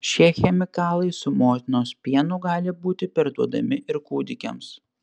šie chemikalai su motinos pienu gali būti perduodami ir kūdikiams